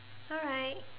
alright